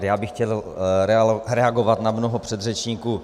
Já bych chtěl reagovat na mnoho předřečníků.